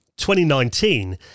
2019